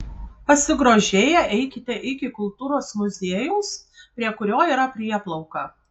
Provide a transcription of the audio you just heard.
pasigrožėję eikite iki kultūros muziejaus prie kurio yra prieplauka